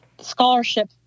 scholarship